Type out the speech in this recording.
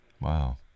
Wow